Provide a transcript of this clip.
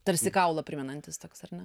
tarsi kaulą primenantis toks ar ne